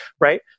right